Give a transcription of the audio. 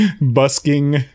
busking